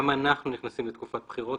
גם אנחנו נכנסים לתקופת בחירות,